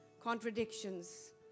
contradictions